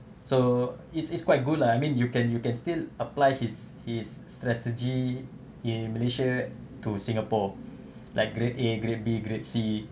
so it's it's quite good lah I mean you can you can still apply his his strategy in malaysia to singapore like grade A grade B grade C